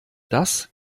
das